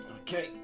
okay